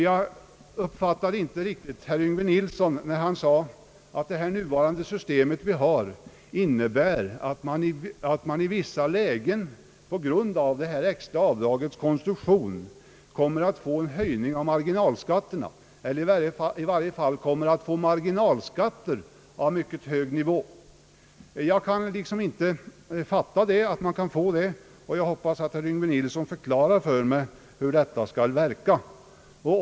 Jag uppfattade inte herr Yngve Nilsson när han sade, att det nuvarande systemet innebär att man i vissa lägen på grund av detta extra avdrags konstruktion kommer att få en höjning av marginalskatterna, eller i varje fall marginalskatter på mycket hög nivå. Jag kan inte fatta att man kan få det. Jag hoppas att herr Yngve Nilsson förklarar för mig hur detta skulle verka.